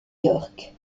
york